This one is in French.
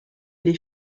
les